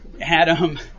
Adam